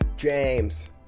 James